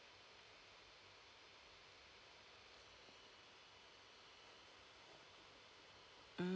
mm